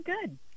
good